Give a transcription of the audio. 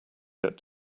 get